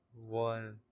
One